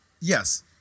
Yes